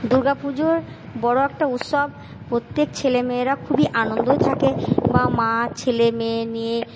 দুর্গা পুজোর বড়ো একটা উৎসব প্রত্যেক ছেলেমেয়েরা খুবই আনন্দই থাকে বা মা ছেলে মেয়ে নিয়ে